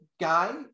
guy